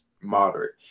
moderate